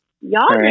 Y'all